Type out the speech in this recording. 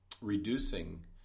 reducing